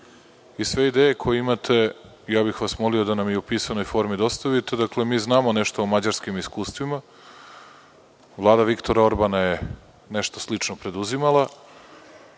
i sve ideje koje imate ja bih vas molio da nam i u pisanoj formi dostavite. Dakle, mi znamo nešto o mađarskim iskustvima Vlada Viktora Orbana je nešto slična preduzimala.